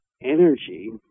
energy